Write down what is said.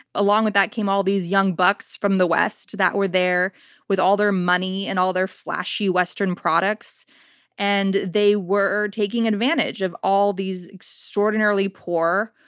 along with that came all these young bucks from the west that were there with all their money and all their flashy western products and they were taking advantage of all these extraordinarily poor,